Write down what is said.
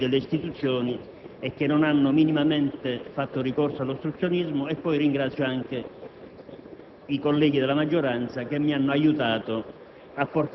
che hanno mostrato grande senso delle istituzioni e che non hanno minimamente fatto ricorso all'ostruzionismo, e infine